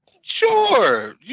Sure